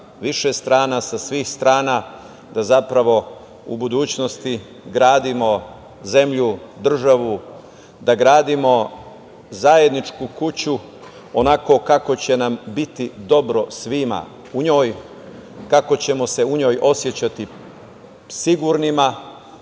više strana, sa svih strana, da u budućnosti gradimo zemlju, državu, da gradimo zajedničku kuću onako kako će nam biti dobro svima u njoj, kako ćemo se u njoj osećati sigurnima,